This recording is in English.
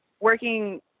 working